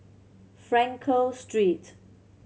Frankel Street